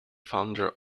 founder